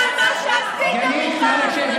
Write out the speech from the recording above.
רוקדת על הדם, גלית, נא לשבת.